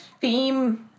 theme